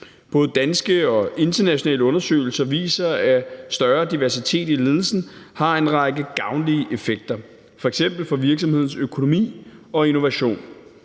Både danske og internationale undersøgelser viser, at større diversitet i ledelsen har en række gavnlige effekter, f.eks. for virksomhedens økonomi og innovation.